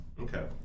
Okay